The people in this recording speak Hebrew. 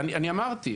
אני אמרתי.